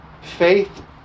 Faith